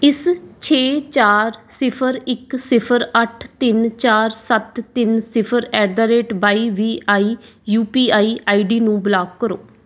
ਇਸ ਛੇ ਚਾਰ ਸਿਫ਼ਰ ਇੱਕ ਸਿਫ਼ਰ ਅੱਠ ਤਿੰਨ ਚਾਰ ਸੱਤ ਤਿੰਨ ਸਿਫ਼ਰ at the rate by V I U P I I D ਨੂੰ ਬਲੋਕ ਕਰੋ